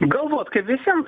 galvot kaip visiem